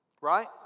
Right